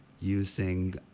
using